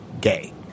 gay